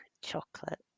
chocolate